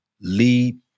lead